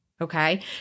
Okay